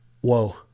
Whoa